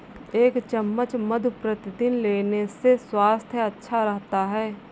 एक चम्मच मधु प्रतिदिन लेने से स्वास्थ्य अच्छा रहता है